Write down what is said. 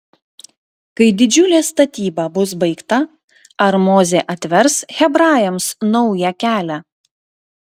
kai didžiulė statyba bus baigta ar mozė atvers hebrajams naują kelią